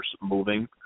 moving